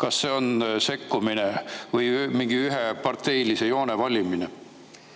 Kas see on sekkumine või mingi ühe parteilise joone valimine?